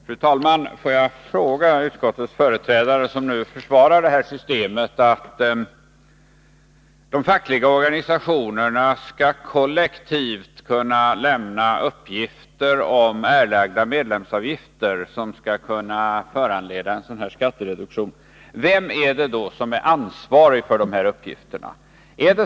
Fru talman! Får jag ställa ett par frågor till utskottets företrädare, som nu försvarar systemet att de fackliga organisationerna kollektivt skall kunna lämna uppgifter om erlagda medlemsavgifter som skall kunna föranleda skattereduktion: Vem är ansvarig för dessa uppgifter?